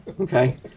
Okay